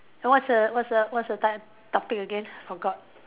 what's a what's a what's a type topic again forgot